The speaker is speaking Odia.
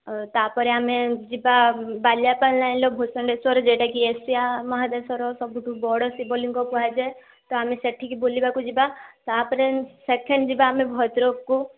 ତା'ପରେ ଆମେ ଯିବା ବାଲିଆପାଳ ଲାଇନ୍ର ଭୂଷଣ୍ଡେଶ୍ଵର ଯେଉଁଟାକି ଏସିଆ ମହାଦେଶର ସବୁଠାରୁ ବଡ଼ ଶିବ ଲିଙ୍ଗ କୁହାଯାଏ ତ ଆମେ ସେଠିକି ବୁଲିବାକୁ ଯିବା ତା'ପରେ ସେକେଣ୍ଡ ଯିବା ଆମେ ଭଦ୍ରକକୁ